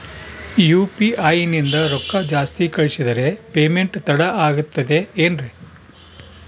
UPI ನಿಂದ ರೊಕ್ಕ ಜಾಸ್ತಿ ಕಳಿಸಿದರೆ ಪೇಮೆಂಟ್ ತಡ ಆಗುತ್ತದೆ ಎನ್ರಿ?